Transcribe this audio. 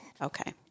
Okay